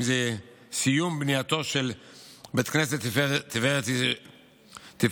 אם זה סיום בנייתו של בית הכנסת תפארת ישראל,